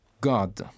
God